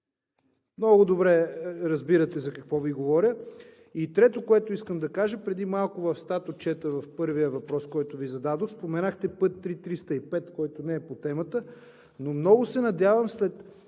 Много добре разбирате за какво Ви говоря. Трето, което искам да кажа, преди малко в статотчета в първия въпрос, който Ви зададох, споменахте път III-305, който не е по темата, но много се надявам след